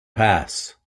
pass